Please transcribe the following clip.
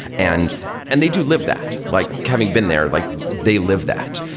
and and they do live that. like having been there, like they live that,